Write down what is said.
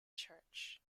church